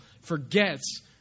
forgets